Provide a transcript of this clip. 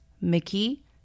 Mickey